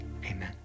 Amen